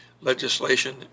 Legislation